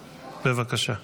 בבקשה.